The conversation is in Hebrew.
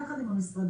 יחד עם המשרדים,